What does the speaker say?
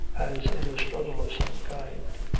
as in a struggle of some kind.